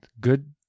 good